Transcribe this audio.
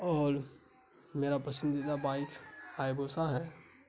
اور میرا پسندیدہ بائیک ہائی بوسا ہے